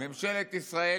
ממשלת ישראל,